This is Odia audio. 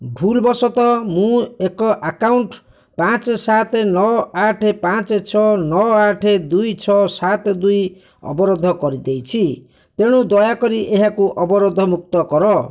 ଭୁଲ୍ ବଶତଃ ମୁଁ ଏକ ଆକାଉଣ୍ଟ୍ ପାଞ୍ଚ ସାତ ନଅ ଆଠ ପାଞ୍ଚ ଛଅ ନଅ ଆଠ ଦୁଇ ଛଅ ସାତ ଦୁଇ ଅବରୋଧ କରିଦେଇଛି ତେଣୁ ଦୟାକରି ଏହାକୁ ଅବରୋଧମୁକ୍ତ କର